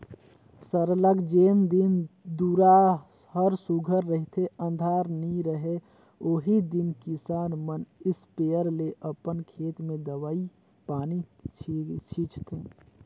सरलग जेन दिन दुरा हर सुग्घर रहथे अंधार नी रहें ओही दिन किसान मन इस्पेयर ले अपन खेत में दवई पानी छींचथें